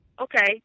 okay